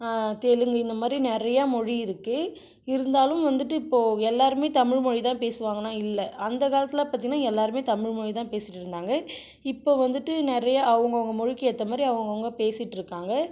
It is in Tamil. தெலுங்கு இந்தமாதிரி நிறைய மொழி இருக்குது இருந்தாலும் வந்துட்டு இப்போ எல்லாருமே தமிழ் மொழி தான் பேசுவாங்கனா இல்லை அந்த காலத்தில் பார்த்திங்கன்னா எல்லோருமே தமிழ் மொழி தான் பேசிட்டு இருந்தாங்க இப்போ வந்துட்டு நிறையா அவங்க அவங்க மொழிக்கு ஏற்ற மாதிரி அவங்க அவங்க பேசிகிட்டு இருக்காங்க